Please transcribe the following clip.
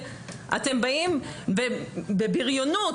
ולמרבה הפליאה,